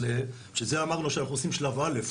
ובשביל זה אמרנו שאנחנו עושים שלב א',